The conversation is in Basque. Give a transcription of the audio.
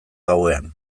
gauean